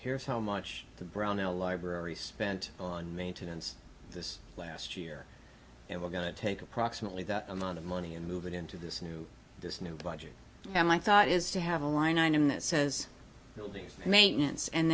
here is how much the brownell library spent on maintenance this last year and we're going to take approximately that amount of money and move it into this new this new budget and my thought is to have a line item that says these maintenance and